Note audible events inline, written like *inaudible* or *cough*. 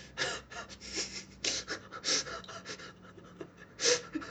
*laughs*